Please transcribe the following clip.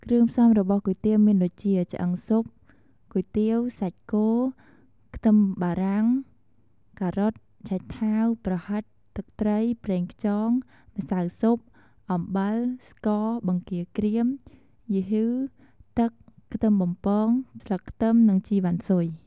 គ្រឿងផ្សំរបស់គុយទាវមានដូចជា ឆ្អឺងស៊ុប គុយទាវ សាច់គោ ខ្ទឹមបារាំង ការ៉ុត ឆៃថាវ ប្រហិត ទឹកត្រី ប្រេងខ្យង ម្សៅស៊ុប អំបិល ស្ករ បង្គាក្រៀម យូហឺ ទឹក ខ្ទឹមសបំពង ស្លឹកខ្ទឹម និងជីវ៉ាន់ស៊ុយ។